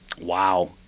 Wow